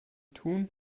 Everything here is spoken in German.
tun